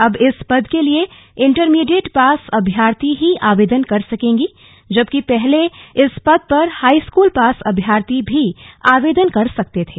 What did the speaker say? अब इस पद के लिए इंटरमीडिएट पास अभ्यर्थी ही आवेदन कर सकेंगी जबकि पहले इस पद पर हाईस्कूल पास अभ्यर्थी भी आवेदन कर सकते थे